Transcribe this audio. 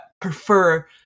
prefer